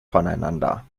voneinander